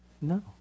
No